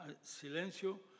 silencio